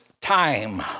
time